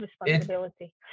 responsibility